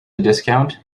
discount